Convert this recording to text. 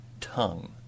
tongue